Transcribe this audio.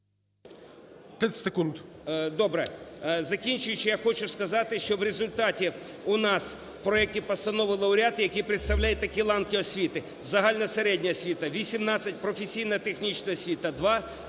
Добре. Закінчуючи, я хочу сказати, що в результаті у нас в проекті постанови лауреати, які представляють такі ланки освіти: загальна середня освіта – 18, професійно-технічна освіта – 2,